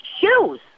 shoes